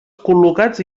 col·locats